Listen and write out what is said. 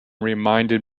reminded